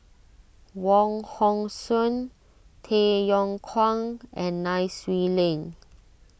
Wong Hong Suen Tay Yong Kwang and Nai Swee Leng